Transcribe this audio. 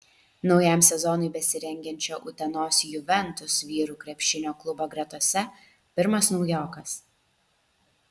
naujam sezonui besirengiančio utenos juventus vyrų krepšinio klubo gretose pirmas naujokas